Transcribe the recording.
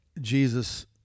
Jesus